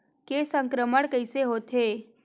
के संक्रमण कइसे होथे?